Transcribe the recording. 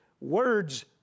words